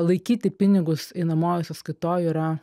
laikyti pinigus einamojoj sąskaitoj yra